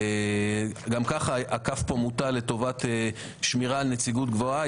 גם ככה הכף פה מוטה לטובת שמירה על נציגות גבוהה.